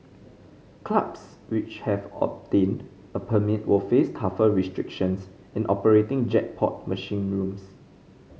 clubs which have obtained a permit will face tougher restrictions in operating jackpot machine rooms